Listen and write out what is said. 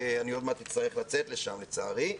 שעוד מעט אצטרך לצאת לשם לצערי,